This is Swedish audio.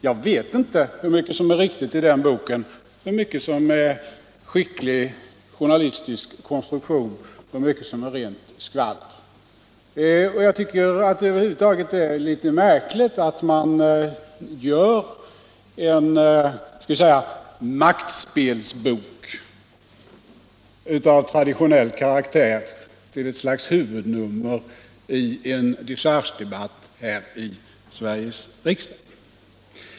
Jag vet inte hur mycket som är riktigt i den boken, hur mycket som är skicklig journalistisk konstruktion och hur mycket som är rent skvaller. Jag tycker att det över huvud taget är litet märkligt att man gör en skall vi säga maktspelsbok av traditionell karaktär till ett slags huvudnummer i en dechargedebatt här i Sveriges riksdag.